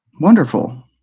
Wonderful